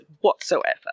whatsoever